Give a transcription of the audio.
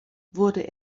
wurde